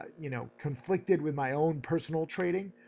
you know, conflicted with my own personal trading.